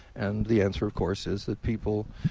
and the answer of course is that people